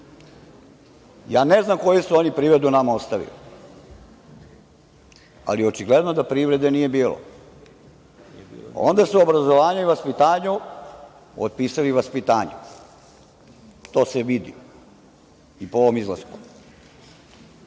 Ne znam koju su oni privredu nama ostavili, ali očigledno da privrede nije bilo. Onda su o obrazovanju i vaspitanju otpisali vaspitanje. To se vidi i po ovom izlasku.